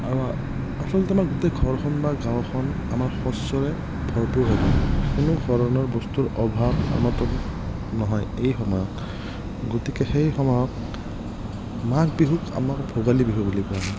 আচলতে আমাৰ গোটেই ঘৰখন বা গাঁওখন আমাৰ শস্যৰে ভৰপূৰ হৈ থাকে কোনো ধৰণৰ বস্তুৰ অভাৱ অনাটন নহয় এই সময়ত গতিকে সেই সময়ত মাঘ বিহুক আমাৰ ভোগালী বিহু বুলি কোৱা হয়